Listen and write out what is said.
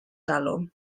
talwm